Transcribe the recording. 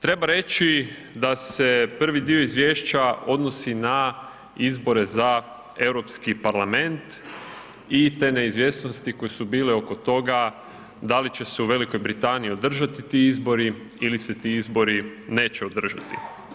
Treba reći da se prvi dio izvješća odnosi na izbore za Europski parlament i te neizvjesnosti koje su bile oko toga da li će se u Velikoj Britaniji održati ti izbori ili se ti izbori neće održati.